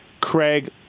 Craig